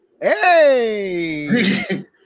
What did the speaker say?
Hey